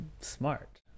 smart